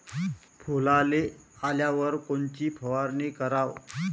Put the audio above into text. फुलाले आल्यावर कोनची फवारनी कराव?